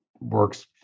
works